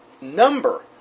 number